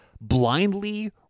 blindly